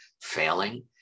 failing